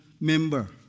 member